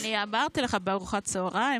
(אומר דברים בשפה האנגלית,